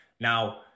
now